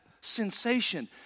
sensation